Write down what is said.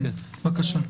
בבקשה.